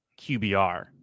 qbr